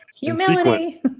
Humility